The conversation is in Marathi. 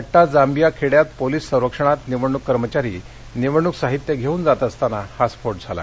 गट्टा जांबिया खेड्यात पोलीस संरक्षणात निवडणुक कर्मचारी निवडणुक साहित्य घेऊन जात असताना हा स्फोट झाला